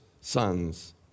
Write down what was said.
sons